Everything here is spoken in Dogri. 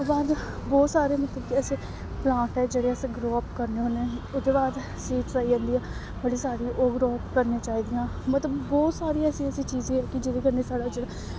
ओह्दे बाद बहुत सारे मतलब कि ऐसे प्लांट ऐ जेह्ड़े अस ग्रो अप करने होन्ने ओह्दे बाद सीड्स आई जंदियां बड़ी सारी ओह् ग्रो करने चाहिदियां मतलब बहुत सारी ऐसी ऐसी चीज़ ऐ कि जेह्दे कन्नै साढ़ा जेह्ड़ा